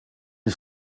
wie